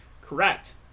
Correct